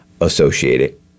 associated